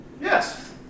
Yes